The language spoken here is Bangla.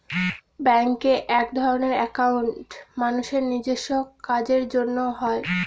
ব্যাঙ্কে একধরনের একাউন্ট মানুষের নিজেস্ব কাজের জন্য হয়